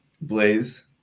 Blaze